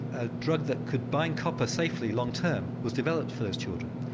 a drug that could bind copper safely long-term was developed for those children.